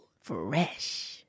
fresh